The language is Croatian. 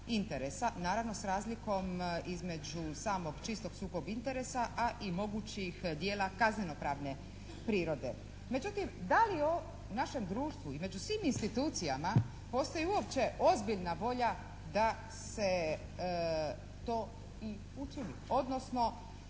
interesa naravno sa razlikom između samog čistog sukoba interesa, a i mogućih djela kazneno-pravne prirode. Međutim, da li u našem društvu i među svim institucijama postoji uopće ozbiljna volja da se to i učini. Odnosno